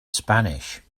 spanish